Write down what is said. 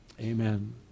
Amen